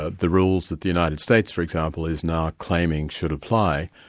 ah the rules that the united states for example is now claiming should apply,